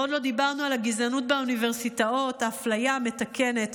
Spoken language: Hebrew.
ועוד לא דיברנו על הגזענות באוניברסיטאות: האפליה ה"מתקנת",